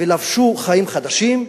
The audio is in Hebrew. ולבשו חיים חדשים,